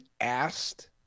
asked